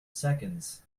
seconds